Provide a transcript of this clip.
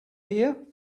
here